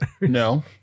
No